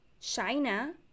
China